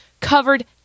covered